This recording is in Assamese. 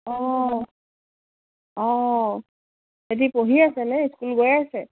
অঁ অঁ সিহঁতে পঢ়ি আছে নে স্কুল গৈ আছে